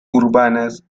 urbanas